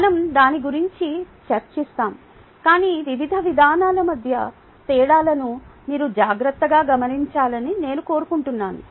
మనం దాని గురించి చర్చిస్తాము కాని వివిధ విధానాల మధ్య తేడాలను మీరు జాగ్రత్తగా గమనించాలని నేను కోరుకుంటున్నాను